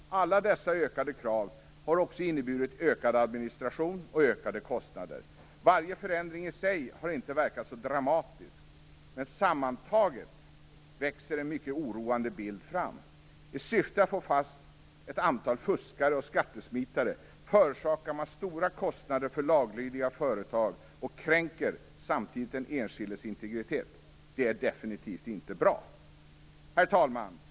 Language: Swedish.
Alla dessa ökade krav har också inneburit ökad administration och ökade kostnader. Varje förändring i sig har inte verkat så dramatisk, men sammantaget växer en mycket oroande bild fram. I syfte att få fast ett antal fuskare och skattesmitare förorsakar man stora kostnader för laglydiga företag och kränker samtidigt den enskildes integritet. Det är definitivt inte bra. Herr talman!